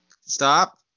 stop